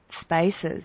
spaces